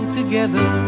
together